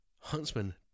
Huntsman